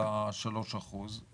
0.3 אחוז?